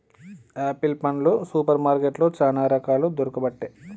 apple పండ్లు super మార్కెట్లో చానా రకాలు దొరుకబట్టె